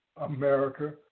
America